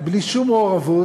בלי שום מעורבות.